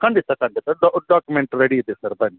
ಖಂಡಿತ ಖಂಡಿತ document ready ಇದೆ ಸರ್ ಬನ್ನಿ